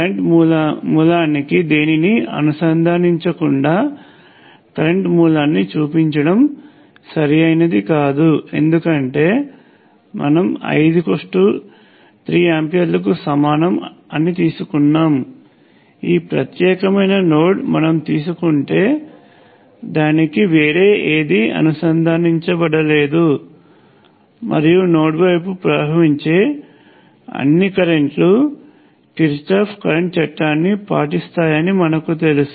current మూలానికి దేనిని అనుసంధానించకుండాకరెంటు మూలాన్ని చూపించటం సరైనది కాదు ఎందుకంటే మనం I3 ఆంపియర్లకు సమానం అని తీసుకున్నాం ఈ ప్రత్యేకమైన నోడ్ మనం తీసుకుంటే దానికి వేరే ఏదీ అనుసందానించబడలేదు మరియు నోడ్ వైపు ప్రవహించే అన్ని కరెంట్లు కిర్చాఫ్ కరెంట్ చట్టాన్నిపాటిస్తాయని మనకు తెలుసు